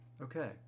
Okay